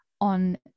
on